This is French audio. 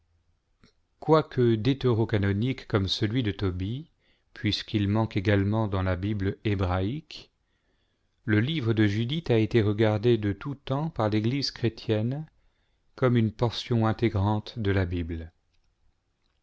quoique deutérocanonique comme celui de tobie puisqu'il manque également dans la bible hébraïque le livre de judith a été regardé de tout temps par l'église chrétienne comme une portion intégrante de la bible